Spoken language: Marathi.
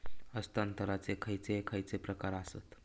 हस्तांतराचे खयचे खयचे प्रकार आसत?